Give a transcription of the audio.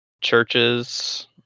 Churches